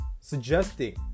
Suggesting